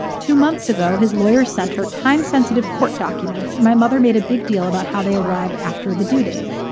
two months ago, his lawyer sent her time-sensitive court documents and my mother made a big deal about how they arrived after the due date.